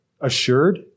assured